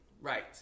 Right